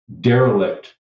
derelict